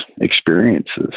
experiences